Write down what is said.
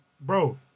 bro